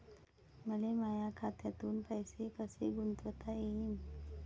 मले माया खात्यातून पैसे कसे गुंतवता येईन?